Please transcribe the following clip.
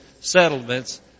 settlements